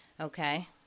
Okay